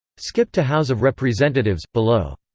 skip to house of representatives, below